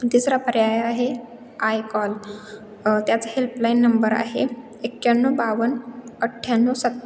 तिसरा पर्याय आहे आयकॉल त्याचं हेल्पलाईन नंबर आहे एक्याण्णव बावन्न अठ्याण्णव सत्